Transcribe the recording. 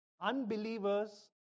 unbelievers